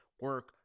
Work